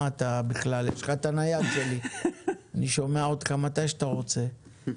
אני שומע אותך בכל זמן שאתה רוצה.